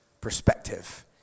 perspective